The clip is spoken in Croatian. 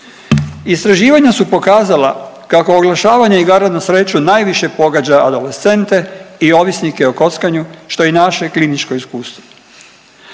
Istraživanja su pokazala kako oglašavanja igara na sreću najviše pogađa adolescente i ovisnike o kockanju što je i naše kliničko iskustvo.